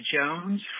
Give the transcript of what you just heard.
Jones